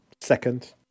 second